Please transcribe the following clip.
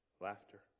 laughter